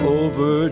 over